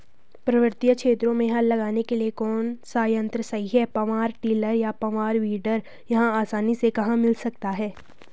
पर्वतीय क्षेत्रों में हल लगाने के लिए कौन सा यन्त्र सही है पावर टिलर या पावर वीडर यह आसानी से कहाँ मिल सकता है?